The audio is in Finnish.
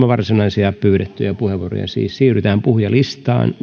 varsinaisia pyydettyjä puheenvuoroja siis siirrytään puhujalistaan